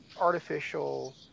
artificial